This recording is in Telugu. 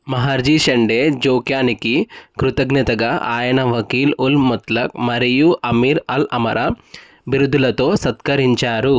మహర్జీ షండే జోక్యానికి కృతజ్ఞతగా ఆయన వకీల్ ఉల్ ముత్లక్ మరియు అమీర్ అల్ అమరా బిరుదులతో సత్కరించారు